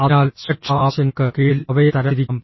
അതിനാൽ സുരക്ഷാ ആവശ്യങ്ങൾക്ക് കീഴിൽ അവയെ തരംതിരിക്കാം